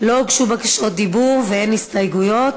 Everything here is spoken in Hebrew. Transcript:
לא הוגשו בקשות דיבור ואין הסתייגויות,